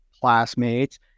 classmates